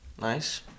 Nice